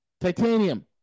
titanium